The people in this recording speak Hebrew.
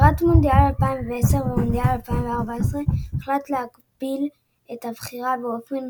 לקראת מונדיאל 2010 ומונדיאל 2014 הוחלט להגביל את הבחירה באופן